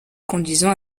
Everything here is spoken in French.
conduisant